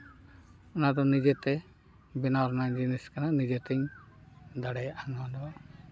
ᱚᱱᱟᱫᱚ ᱱᱤᱡᱮᱛᱮ ᱵᱮᱱᱟᱣ ᱨᱮᱱᱟᱜ ᱡᱤᱱᱤᱥ ᱠᱟᱱᱟ ᱱᱤᱡᱮᱛᱮ ᱫᱟᱲᱮᱭᱟᱜᱼᱟ ᱱᱚᱣᱟ ᱫᱚ